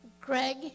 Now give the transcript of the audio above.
Greg